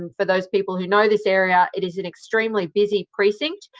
um for those people who know this area, it is an extremely busy precinct.